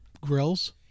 grills